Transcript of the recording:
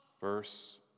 Verse